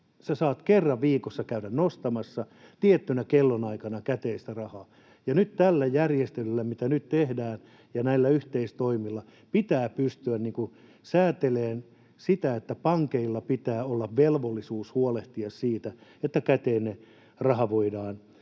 sinä saat kerran viikossa käydä nostamassa tiettynä kellonaikana käteistä rahaa, ja nyt tällä järjestelyllä ja näillä yhteistoimilla, mitä nyt tehdään, pitää pystyä säätelemään sitä, että pankeilla pitää olla velvollisuus huolehtia siitä, että käteinen raha voidaan